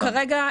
כרגע,